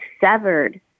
severed